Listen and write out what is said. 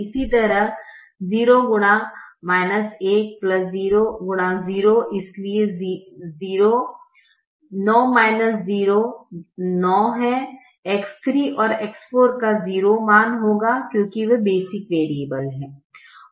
इसी तरह 0x 1 0x0 इसलिए 0 9 0 9 है X3 और X4 का 0 मान होगा क्योंकि वे बेसिक वैरिएबल हैं